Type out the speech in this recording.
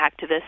activists